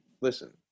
listen